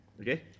Okay